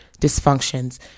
dysfunctions